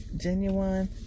Genuine